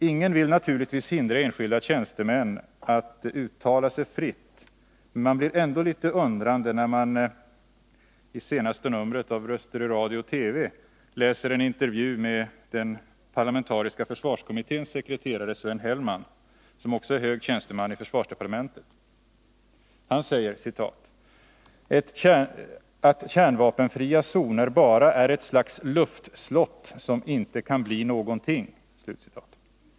Ingen vill naturligtvis hindra enskilda tjänstemän från att uttala sig fritt, men man blir ändå litet undrande då man i senaste numret av Röster i Radio-TV läser en intervju med den parlamentariska försvarskommitténs sekreterare Sven Hellman, som också är hög tjänsteman i försvarsdepartementet. Han säger: Kärnvapenfria zoner är bara ett slags luftslott som inte kan bli någonting.